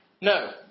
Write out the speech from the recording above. No